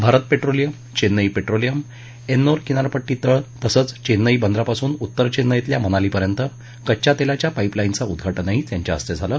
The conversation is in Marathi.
भारत पेट्रोलियम चेन्नई पेट्रोलियम एन्नोर किनारपट्टी तळ तसंच चेन्नई बंदरापासून उत्तर चेन्नईतल्या मनालीपर्यंत कच्च्या तेलाच्या पाईपलाईनचं उद्घाटनही त्यांच्या हस्ते झालं